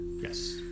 Yes